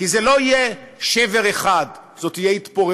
כי זה לא יהיה שבר אחד, זאת תהיה התפוררות,